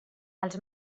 els